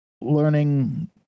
learning